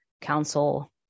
council